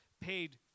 paid